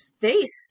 face